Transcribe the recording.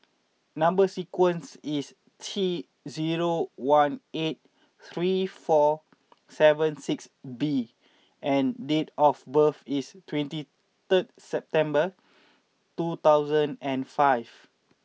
number sequence is T zero one eight three four seven six B and date of birth is twenty third September two thousand and five